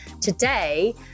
today